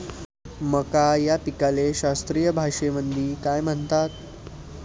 मका या पिकाले शास्त्रीय भाषेमंदी काय म्हणतात?